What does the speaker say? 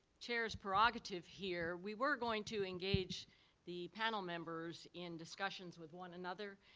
chair's prerogative here. we were going to engage the panel members in discussions with one another,